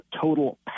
total